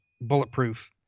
bulletproof